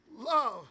Love